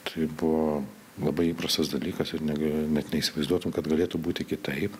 tai buvo labai įprastas dalykas ir negalėjo net neįsivaizduotum kad galėtų būti kitaip